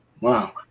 Wow